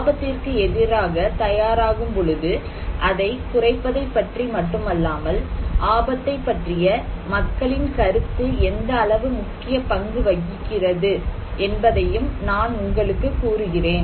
ஆபத்திற்கு எதிராக தயாராகும் பொழுது அதை குறைப்பதை பற்றி மட்டுமல்லாமல் ஆபத்தை பற்றிய மக்களின் கருத்து எந்த அளவு முக்கிய பங்கு வகிக்கிறது என்பதையும் நான் உங்களுக்கு கூறுகிறேன்